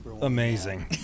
amazing